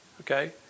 Okay